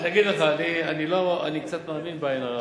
אני אגיד לך, אני לא, אני קצת מאמין בעין הרע.